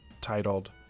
titled